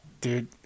Dude